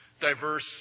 diverse